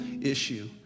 issue